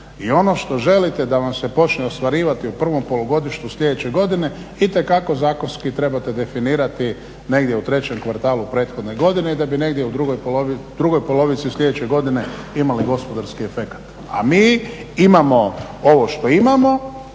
i ono što želite da vam se počne ostvarivati u prvom polugodištu sljedeće godine itekako zakonski trebate definirati negdje u trećem kvartalu prethodne godine da bi negdje u drugoj polovici sljedeće godine imali gospodarski efekat a mi imamo ovo što imamo